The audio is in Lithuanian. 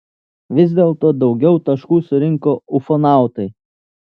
vis dėlto daugiau taškų surinko ufonautai